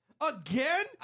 Again